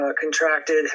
contracted